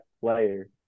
player